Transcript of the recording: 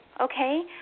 okay